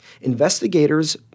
investigators